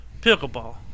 Pickleball